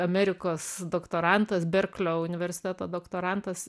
amerikos doktorantas berklio universiteto doktorantas